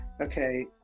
Okay